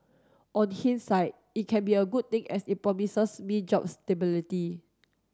on hindsight it can be a good thing as it promises me job stability